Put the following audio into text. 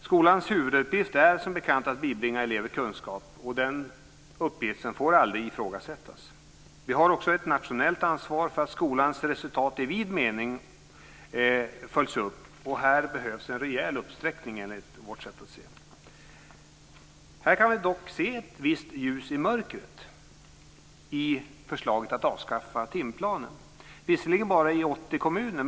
Skolans huvuduppgift är som bekant att bibringa elever kunskap, och den uppgiften får aldrig ifrågasättas. Vi har också ett nationellt ansvar för att skolans resultat i vid mening följs upp, och här behövs en rejäl uppsträckning, enligt vårt sätt att se det. Här kan vi dock se ett visst ljus i mörkret i förslaget att avskaffa timplanen, visserligen bara i 80 kommuner.